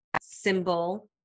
symbol